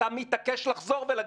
אתה מתעקש לחזור ולהגיד: